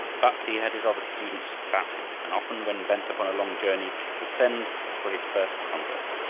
but he had his other students about him, and often when bent upon a long journey would send for his first convert,